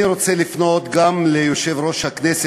אני רוצה לפנות גם ליושב-ראש הכנסת,